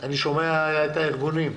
אני שומע את הארגונים.